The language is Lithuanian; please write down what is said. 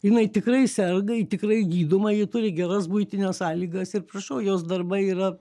jinai tikrai serga ji tikrai gydoma ji turi geras buitines sąlygas ir prašau jos darbai yra